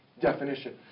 definition